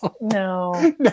no